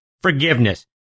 forgiveness